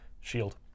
Shield